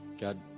God